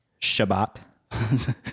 shabbat